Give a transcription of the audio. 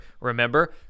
Remember